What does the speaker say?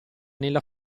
nella